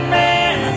man